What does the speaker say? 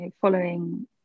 following